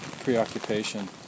preoccupation